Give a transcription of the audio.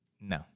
No